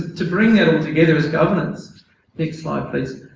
to bring them together as government's next slide please